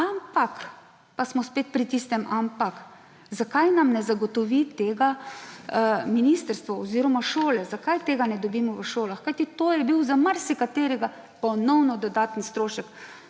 ampak … Pa smo spet pri tistem ampak. Zakaj nam ne zagotovi tega ministrstvo oziroma šole, zakaj tega ne dobimo v šolah? Kajti to je bil za marsikaterega ponovno dodaten strošek.